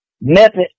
method